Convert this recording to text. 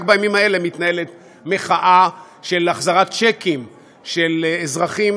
רק בימים האלה מתנהלת מחאה של החזרת צ'קים של אזרחים